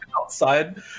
outside